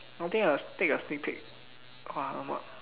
I think I'll take a sneak peek !wah! !alamak!